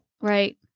Right